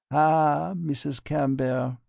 ah, mrs. camber,